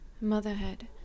Motherhood